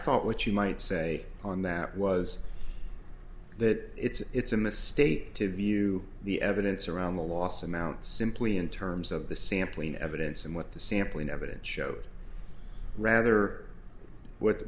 thought what you might say on that was that it's a mistake to view the evidence around the last amount simply in terms of the sampling evidence and what the sampling evidence showed rather w